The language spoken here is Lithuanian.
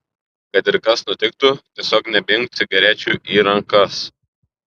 kad ir kas nutiktų tiesiog nebeimk cigarečių į rankas